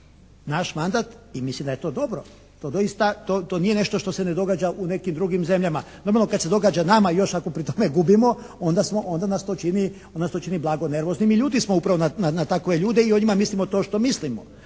Naš mandat, i mislim da je to dobro. To doista, to nije nešto što se ne događa u nekim drugim zemljama. Normalno kad se događa nama i još ako pri tome gubimo onda smo, onda nas to čini blago nervoznim i ljuti smo upravo na takve ljudi i o njima mislimo to što mislimo.